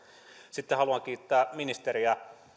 sitten haluan kiittää ministeriä